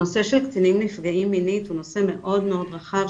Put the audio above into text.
הנושא של קטינים נפגע מינית הוא נושא מאוד רחב,